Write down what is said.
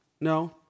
No